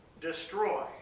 destroy